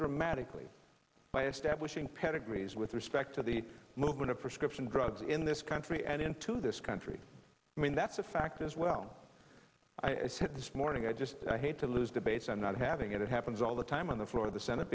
for magically by establishing pedigrees with respect to the movement of prescription drugs in this country and into this country i mean that's a fact as well i said this morning i just i hate to lose debates and not having it happens all the time on the floor of the senate